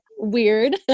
weird